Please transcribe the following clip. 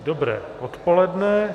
Dobré odpoledne.